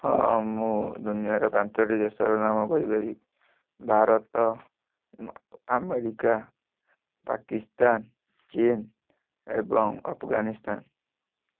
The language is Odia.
ହଁ ମୁଁ ଦୁନିଆର ପାଞ୍ଚୋଟି ଦେଶର ନାମ କହିପାରିବି ଭାରତ ଆମେରିକା ପାକିସ୍ତାନ ଚୀନ୍ ଏବଂ ଅଫଗାନିସ୍ତାନ୍